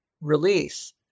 release